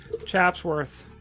Chapsworth